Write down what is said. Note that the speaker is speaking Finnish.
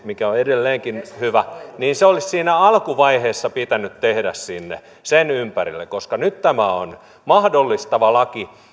mikä on edelleenkin hyvä niin minun mielestäni tämä olisi siinä alkuvaiheessa pitänyt tehdä sen ympärille koska nyt tämä on mahdollistava laki